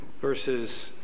verses